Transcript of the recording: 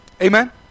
Amen